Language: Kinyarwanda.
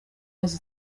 azi